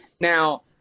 Now